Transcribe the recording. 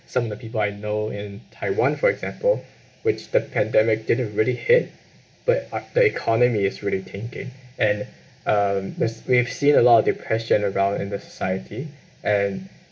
some of the people I know in taiwan for example which the pandemic didn't really hit but uh the economy is really thinking sinking and um thus we've seen a lot of depression around in the society and